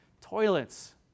toilets